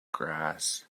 grass